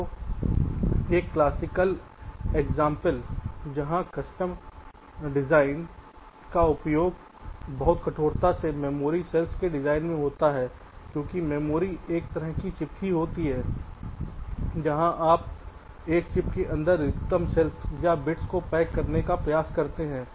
तो एक classical example जहां फुल कस्टम डिज़ाइन का उपयोग बहुत कठोरता से मेमोरी सेल के डिज़ाइन में होता है क्योंकि मेमोरी एक तरह की चिप होती है जहाँ आप एक चिप के अंदर अधिकतम सेल या बिट्स को पैक करने का प्रयास करते हैं